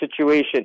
situation